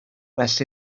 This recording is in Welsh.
well